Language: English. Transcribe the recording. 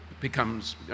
becomes